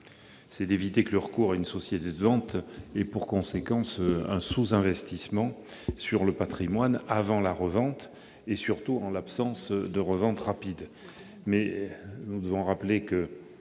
s'agit d'éviter que le recours à une société de vente n'ait pour conséquence un sous-investissement sur le patrimoine avant la revente, et surtout en l'absence de revente rapide.